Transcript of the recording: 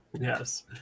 yes